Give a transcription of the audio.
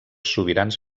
sobirans